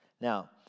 Now